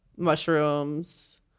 Mushrooms